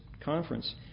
conference